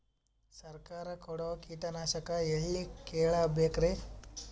ಸರಕಾರ ಕೊಡೋ ಕೀಟನಾಶಕ ಎಳ್ಳಿ ಕೇಳ ಬೇಕರಿ?